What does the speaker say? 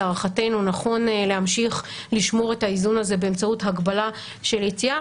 להערכתנו נכון להמשיך לשמור את האיזון הזה באמצעות הגבלה של יציאה